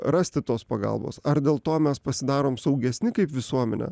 rasti tos pagalbos ar dėl to mes pasidarom saugesni kaip visuomenė